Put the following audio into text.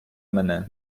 мене